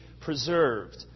preserved